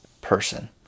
person